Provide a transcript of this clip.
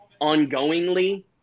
ongoingly